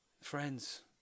Friends